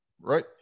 Right